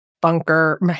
bunker